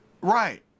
Right